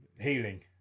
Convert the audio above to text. healing